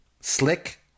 Slick